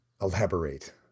elaborate